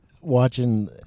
watching